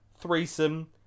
threesome